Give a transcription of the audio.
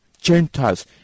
gentiles